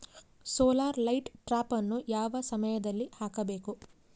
Solar light ಟ್ರಾಪನ್ನು ಯಾವ ಸಮಯದಲ್ಲಿ ಹಾಕಬೇಕು?